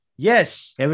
Yes